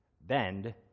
bend